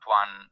one